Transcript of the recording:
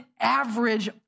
average